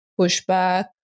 pushback